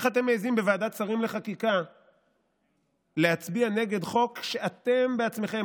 איך אתם מעיזים בוועדת שרים לחקיקה להצביע נגד חוק שאתם בעצמכם,